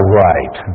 right